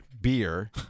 beer